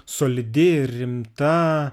solidi rimta